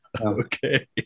Okay